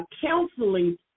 counseling